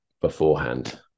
beforehand